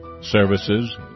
services